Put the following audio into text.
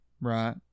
Right